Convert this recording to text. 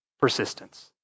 persistence